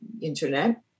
internet